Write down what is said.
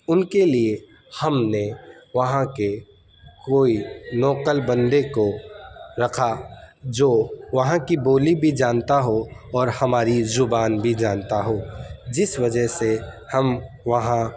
ان کے لیے ہم نے وہاں کے کوئی لوکل بندے کو رکھا جو وہاں کی بولی بھی جانتا ہو اور ہماری زبان بھی جانتا ہو جس وجہ سے ہم وہاں